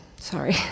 sorry